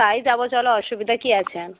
তাই যাবো চলো অসুবিধা কি আছে